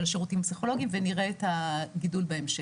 השירותים הפסיכולוגיים ונראה את הגידול בהמשך.